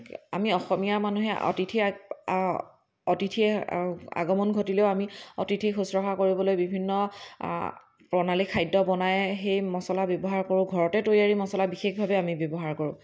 আমি অসমীয়া মানুহে অতিথি আগ অতিথিৰ আগমন ঘটিলেও আমি অতিথি শুশ্ৰূষা কৰিবলৈ বিভিন্ন প্ৰণালীৰ খাদ্য বনাই সেই মছলা ব্যৱহাৰ কৰোঁ ঘৰতে তৈয়াৰী মছলা বিশেষভাৱে আমি ব্যৱহাৰ কৰোঁ